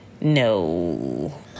no